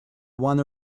one